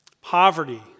poverty